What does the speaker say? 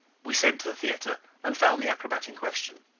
we sent to the theater and found the acrobat in question.